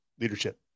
leadership